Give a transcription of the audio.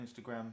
Instagram